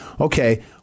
okay